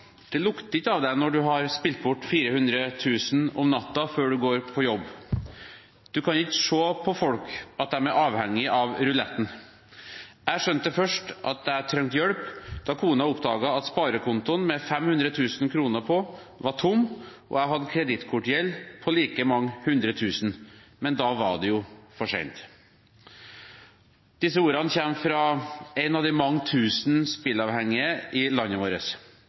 Det lukter ikke av en når en har spilt bort 400 000 kr om natta før en går på jobb. En kan ikke se på folk at de er avhengig av ruletten. Jeg skjønte først at jeg trengte hjelp da kona oppdaget at sparekontoen med 500 000 kr på var tom og jeg hadde kredittkortgjeld på like mange hundre tusen – men da var det jo for sent. Disse ordene kommer fra en av de mange tusen spilleavhengige i landet vårt.